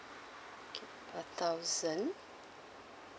okay a thousand